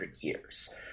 years